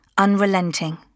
unrelenting